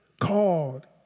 called